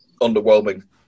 underwhelming